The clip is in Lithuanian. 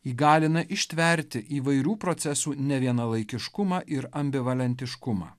įgalina ištverti įvairių procesų ne vienalaikiškumą ir ambivalentiškumą